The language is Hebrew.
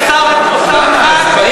ושר אוצר אחד אומר